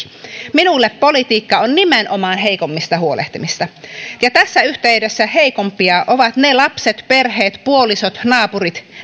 minulle politiikka on nimenomaan heikommista huolehtimista ja tässä yhteydessä heikompia ovat ne lapset perheet puolisot naapurit